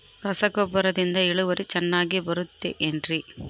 ರಸಗೊಬ್ಬರದಿಂದ ಇಳುವರಿ ಚೆನ್ನಾಗಿ ಬರುತ್ತೆ ಏನ್ರಿ?